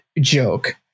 joke